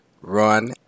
run